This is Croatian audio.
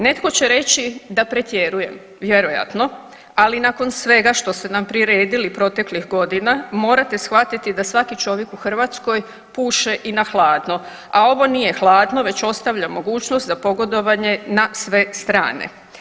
Netko će reći da pretjerujem, vjerojatno, ali nakon svega što ste nam priredili proteklih godina morate shvatiti da svaki čovjek u Hrvatskoj puše i na hladno, a ovo nije hladno već ostavlja mogućnost za pogodovanje na sve strane.